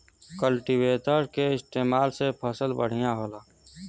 cultivator के इस्तेमाल से फसल बढ़िया होला